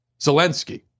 Zelensky